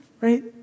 right